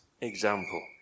example